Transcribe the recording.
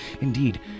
Indeed